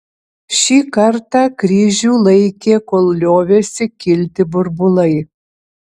šį kartą kryžių laikė kol liovėsi kilti burbulai